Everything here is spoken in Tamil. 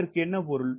இதற்கு என்ன பொருள்